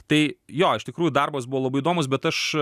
tai jo iš tikrųjų darbas buvo labai įdomus bet aš